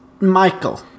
Michael